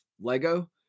Lego